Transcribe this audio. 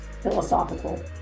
philosophical